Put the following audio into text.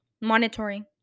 monitoring